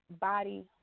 body